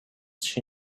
she